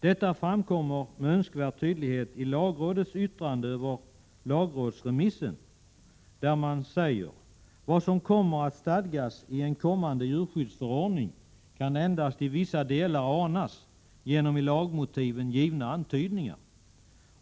Detta framkommer med önskvärd tydlighet i lagrådets yttrande över lagrådsremissen: ”Vad som kommer att stadgas i en kommande djurskyddsförordning kan endast i vissa delar anas genom i lagmotiven givna antydningar.